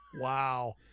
Wow